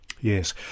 Yes